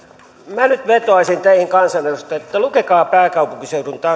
minä nyt vetoaisin teihin kansanedustajat lukekaa pääkaupunkiseudun